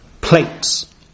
plates